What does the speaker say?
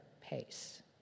pace